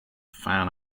fan